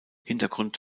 hintergrund